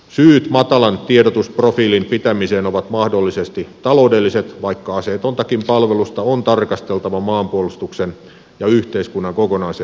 syyt matalan tiedotus profiilin pitämiseen ovat mahdollisesti taloudelliset vaikka aseetontakin palvelusta on tarkasteltava maanpuolustuksen ja yhteiskunnan kokonaisedun kannalta